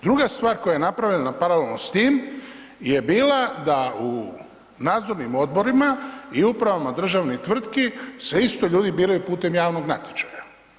Druga stvar koja je napravljena paralelno s tim, je bila da u nadzornim odborima i upravama državnih tvrtki se isto ljudi biraju putem javnog natječaja.